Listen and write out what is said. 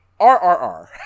RRR